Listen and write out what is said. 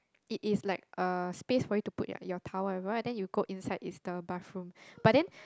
it is like a space for you to put your your towel whatever then you go inside it's the bathroom but then